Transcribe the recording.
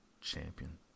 champion